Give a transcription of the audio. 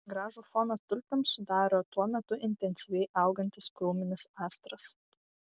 gražų foną tulpėms sudaro tuo metu intensyviai augantis krūminis astras